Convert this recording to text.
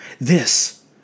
This